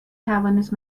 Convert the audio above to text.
توانست